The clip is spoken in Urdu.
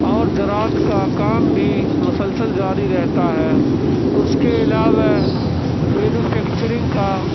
اور زراعت کا کام بھی مسلسل جاری رہتا ہے اس کے علاوہ مینوفیکچرنگ کا